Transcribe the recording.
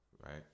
right